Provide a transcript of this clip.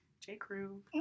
J.Crew